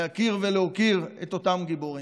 להכיר ולהוקיר את אותם גיבורים.